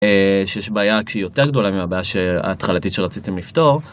שיש בעיה שהיא יותר גדולה מהבעיה ההתחלתית שרציתם לפתור.